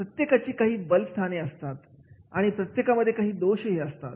प्रत्येकाची काही बलस्थाने असतात आणि प्रत्येकामध्ये काही दोषही असतात